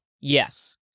Yes